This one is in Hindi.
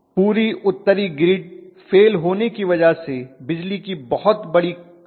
पूरी उत्तरी ग्रिड फेल होने की वजह से बिजली की बहुत बड़ी कटौती हुई थी